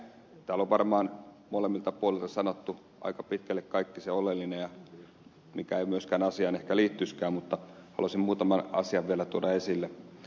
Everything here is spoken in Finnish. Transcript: täällä on varmaan molemmilta puolilta sanottu aika pitkälle kaikki se oleellinen ja mikä ei myöskään asiaan ehkä liittyisikään mutta haluaisin muutaman asian vielä tuoda esille